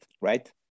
right